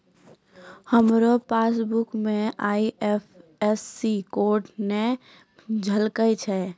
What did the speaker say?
हमरो पासबुक मे IFSC code नै झलकै छै